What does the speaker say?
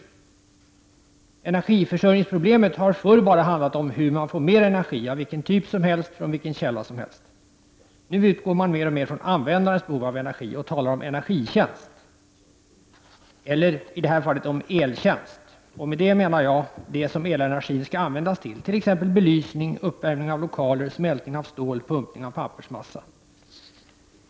Energiförsörjningsproblemet har förut bara handlat om hur man får mer energi, av vilken typ som helst, från vilken källa som helst. Nu utgår man mer och mer från användarens behov av energi och talar om energitjänst, eller, i det här fallet, om eltjänst. Med det menar jag det som elenergin skall användas till, t.ex. belysning, uppvärmning av lokaler, smältning av stål, pumpning av pappersmassa.